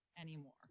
anymore